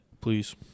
please